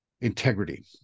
integrity